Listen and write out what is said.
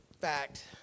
fact